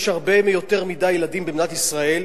יש הרבה יותר מדי ילדים במדינת ישראל,